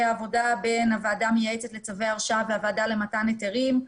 העבודה בין הועדה המייעצת לצווי הרשאה והוועדה למתן היתרים.